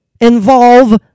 Involve